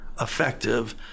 effective